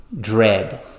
dread